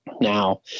Now